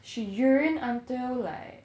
she urine until like